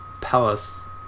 Palace